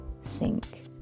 sink